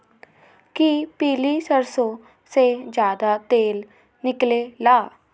कि पीली सरसों से ज्यादा तेल निकले ला?